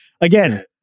again